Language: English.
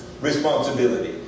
responsibility